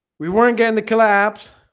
we weren't getting the collapse